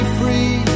free